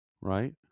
right